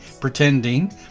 pretending